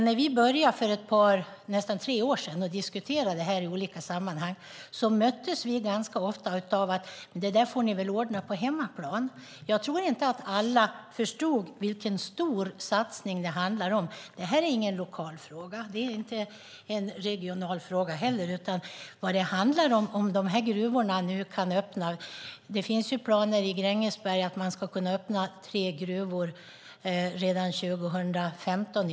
När vi började diskutera detta i olika sammanhang för snart tre år sedan möttes vi ganska ofta av: Det får ni väl ordna på hemmaplan. Jag tror inte att alla förstod vilken stor satsning det handlar om. Det är ingen lokal eller regional fråga. I Grängesberg finns planer på att öppna tre gruvor, i bästa fall redan 2015.